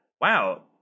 Wow